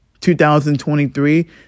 2023